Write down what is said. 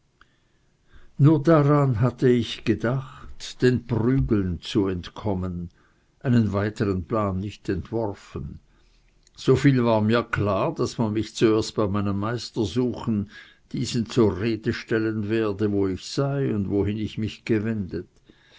nur daran hatte ich gedacht den prügeln zu entkommen einen weitern plan nicht entworfen so viel war mir klar daß man mich zuerst bei meinem meister suchen diesen zur rede stellen werde wo ich sei und wohin ich mich gewendet